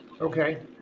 Okay